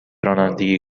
رانندگی